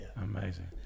Amazing